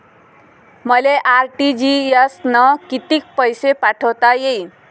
मले आर.टी.जी.एस न कितीक पैसे पाठवता येईन?